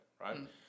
right